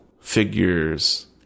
figures